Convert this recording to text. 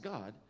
God